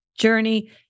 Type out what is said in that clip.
journey